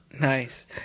Nice